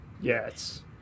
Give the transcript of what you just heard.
Yes